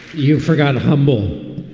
you've forgotten humble?